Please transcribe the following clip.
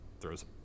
throws